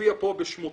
מופיע פה בשמו.